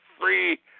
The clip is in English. free